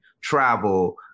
travel